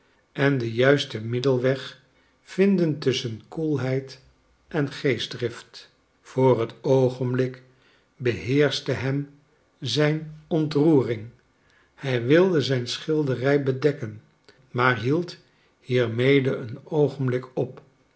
en den juisten middelweg vinden tusschen koelheid en geestdrift voor het oogenblik beheerschte hem zijn ontroering hij wilde zijn schilderij bedekken maar hield hiermede een oogenblik op